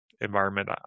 environment